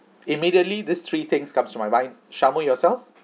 immediately these three things comes to my mind shamu yourself